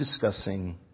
discussing